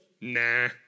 nah